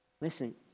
Listen